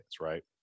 Right